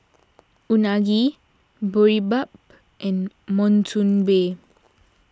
Unagi Boribap and Monsunabe